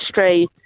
history